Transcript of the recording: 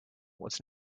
was